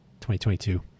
2022